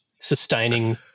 sustaining